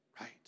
right